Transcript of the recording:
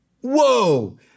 whoa